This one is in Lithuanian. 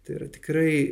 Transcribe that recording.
tai yra tikrai